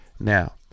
Now